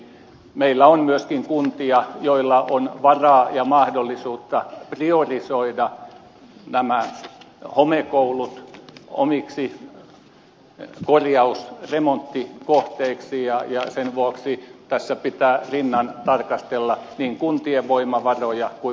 meillä on myöskin kuntia joilla on varaa ja mahdollisuutta priorisoida nämä homekoulut omiksi korjaus remonttikohteiksi ja sen vuoksi tässä pitää rinnan tarkastella niin kuntien voimavaroja kuin valtionkin